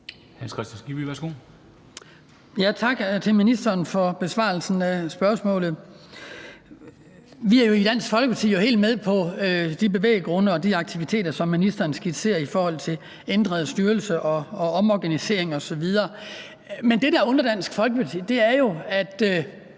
Hans Kristian Skibby (DF): Tak til ministeren for besvarelsen af spørgsmålet. Vi er i Dansk Folkeparti jo helt med på de bevæggrunde og de aktiviteter, som ministeren skitserer i forhold til ændret styrelse og omorganisering osv. Men det, der undrer Dansk Folkeparti, er jo, at